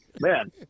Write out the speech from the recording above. Man